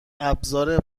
ابزار